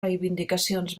reivindicacions